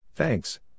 Thanks